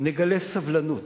נגלה סבלנות,